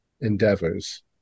endeavors